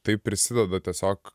tai prisideda tiesiog